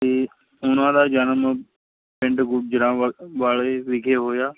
ਅਤੇ ਉਹਨਾਂ ਦਾ ਜਨਮ ਪਿੰਡ ਗੁਜਰਾਂਵਲ ਵਾਲੇ ਵਿਖੇ ਹੋਇਆ